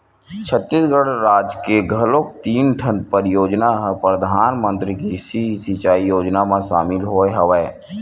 छत्तीसगढ़ राज के घलोक तीन ठन परियोजना ह परधानमंतरी कृषि सिंचई योजना म सामिल होय हवय